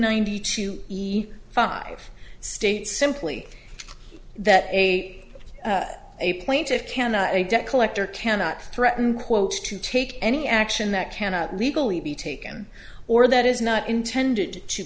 ninety two five states simply that a a plaintiff cannot a debt collector cannot threaten quote to take any action that cannot legally be taken or that is not intended to